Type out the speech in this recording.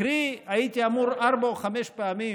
קרי הייתי אמור ארבע או חמש פעמים,